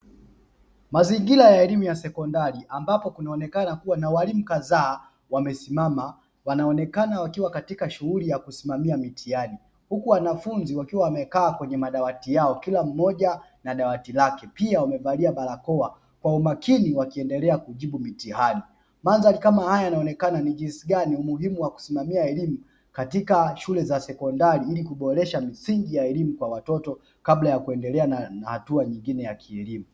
Mazingira ya elimu ya sekondari, ambapo kunaonekana kuwa na walimu kadhaa wamesimama. Wanaonekana wakiwa katika shughuli ya kusimamia mitihani, huku wanafunzi wakiwa wamekaa kwenye madawati yao, kila mmoja na dawati lake, pia wamevalia barakoa kwa umakini, wakiendelea kujibu mitihani. Mandhari kama haya yanaonekana ni jinsi gani umuhimu wa kusimamia elimu katika shule za sekondari ili kuboresha misingi ya elimu kwa watoto, kabla ya kuendelea na hatua nyingine ya kielimu.